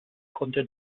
konnte